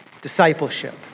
discipleship